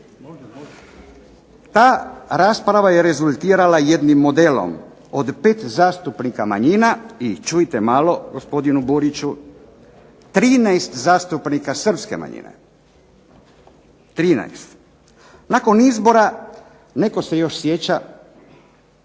Ta rasprava je rezultirala jednim modelom. Od pet zastupnika manjina i čujte malo gospodine Buriću 13 zastupnika srpske manjine, 13. Nakon izbora netko se još sjeća